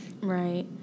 Right